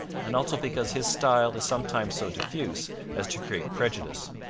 and also because his style is sometimes so diffuse as to create prejudice.